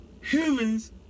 Humans